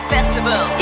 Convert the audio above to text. Festival